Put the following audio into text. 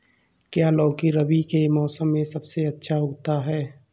क्या लौकी रबी के मौसम में सबसे अच्छा उगता है?